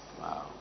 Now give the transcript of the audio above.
Wow